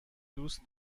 دوست